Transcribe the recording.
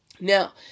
Now